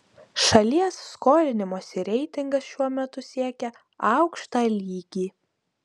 šalies skolinimosi reitingas šiuo metu siekia aukštą lygį